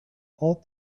all